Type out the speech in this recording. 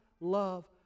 love